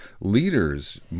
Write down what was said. Leaders